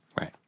Right